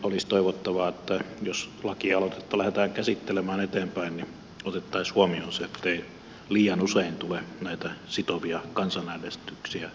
olisi toivottavaa että jos lakialoitetta lähdetään käsittelemään eteenpäin niin otettaisiin huomioon se ettei liian usein tule näitä sitovia kansanäänestyksiä edellyttäviä tilanteita